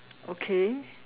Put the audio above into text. okay